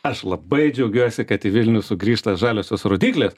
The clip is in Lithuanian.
aš labai džiaugiuosi kad į vilnių sugrįžta žaliosios rodyklės